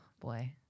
boy